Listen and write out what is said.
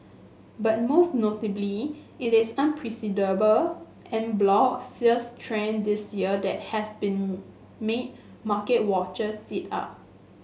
but most notably it is unprecedented en bloc sales trend this year that has been made market watchers sit up